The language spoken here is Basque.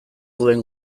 duen